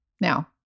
now